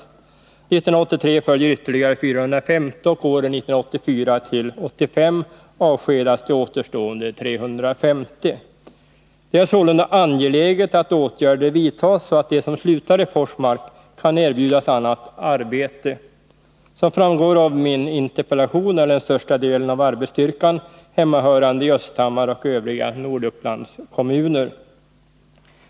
År 1983 följer ytterligare 450, och åren 1984-1985 avskedas de återstående 350. Det är sålunda angeläget att åtgärder vidtas, så att de som slutar i Forsmark kan erbjudas annat arbete. Som framgår av min interpellation är den största delen av arbetsstyrkan hemmahörande i Östhammar och övriga Nordupplandskommuner.